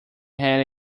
had